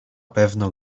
pewno